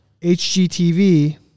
HGTV –